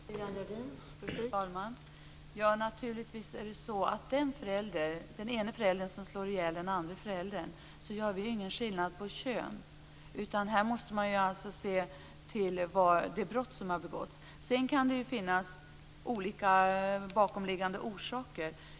Fru talman! Vi gör naturligtvis ingen skillnad på kön när den ene föräldern slår ihjäl den andre föräldern. Här måste man se till det brott som har begåtts. Sedan kan det finnas olika bakomliggande orsaker.